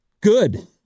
good